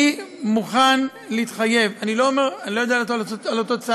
אני מוכן להתחייב, אני לא יודע להתחייב על התוצאה,